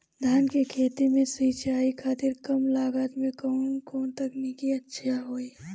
धान के खेती में सिंचाई खातिर कम लागत में कउन सिंचाई तकनीक अच्छा होई?